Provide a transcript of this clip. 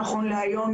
נכון להיום,